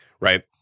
right